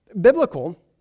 biblical